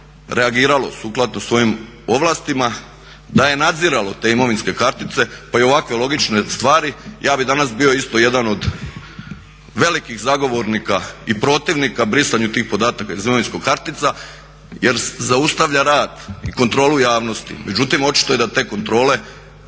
reagiralo sukladno svojim ovlastima, da je nadziralo te imovinske kartice, pa i ovakve logične stvar ja bih danas bio isto jedan od velikih zagovornika i protivnika brisanju tih podataka iz imovinskih kartica jer zaustavlja rad i kontrolu javnosti. Međutim očito je da te kontrole